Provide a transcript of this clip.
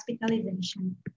hospitalization